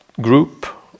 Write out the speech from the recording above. group